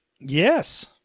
yes